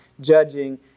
judging